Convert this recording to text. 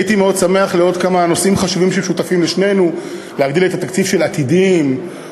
הייתי מאוד שמח להגדיל את התקציב לעוד